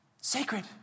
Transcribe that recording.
Sacred